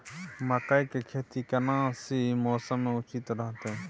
मकई के खेती केना सी मौसम मे उचित रहतय?